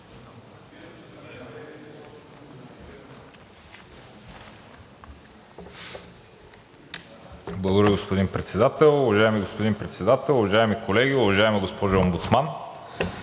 Уважаеми господин Председател, уважаеми колеги, уважаема госпожо Омбудсман!